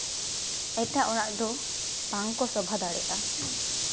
ᱮᱴᱟᱜ ᱚᱲᱟᱜ ᱫᱚ ᱵᱟᱝᱠᱚ ᱥᱚᱵᱷᱟ ᱫᱟᱲᱮᱭᱟᱜᱼᱟ